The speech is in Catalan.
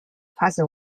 faça